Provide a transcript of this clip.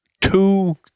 two